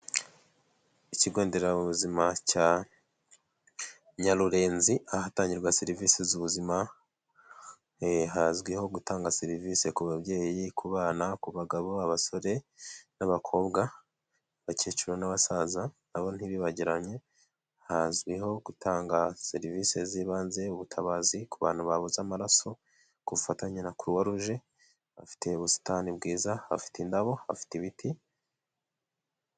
Ikigo nderabuzima cya Nyarurenzi, ahatangirwa serivisi z'ubuzima. Hazwiho gutanga serivisi ku babyeyi, ku bana ku bagabo ,abasore n'abakobwa, abakecuru n'abasaza nabo ntibibagiranye. Hazwiho gutanga serivisi z'ibanze ubutabazi ku bantu babuze amaraso ku bufatanye na croix rouge. Bafitiye ubusitani bwiza, bafite indabo, bafite ibiti.